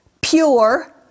pure